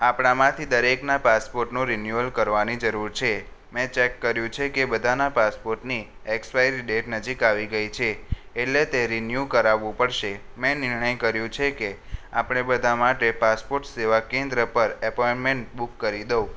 આપણામાંથી દરેકના પાસપોર્ટનો રિન્યૂઅલ કરવાની જરૂર છે મેં ચેક કર્યું છે કે બધાના પાસપોર્ટની એક્સપાયરી ડેટ નજીક આવી ગઈ છે એટલે તે રીન્યુ કરાવવું પડશે મેં નિર્ણય કર્યો છે કે આપણે બધા માટે પાસપોર્ટ સેવા કેન્દ્ર પર એપોયમેન્ટ બુક કરી દઉં